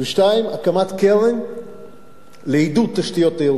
הקמת קרן לעידוד תשתיות תיירותיות,